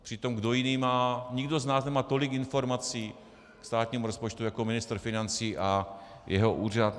Přitom nikdo z nás nemá tolik informací k státnímu rozpočtu jako ministr financí a jeho úřad.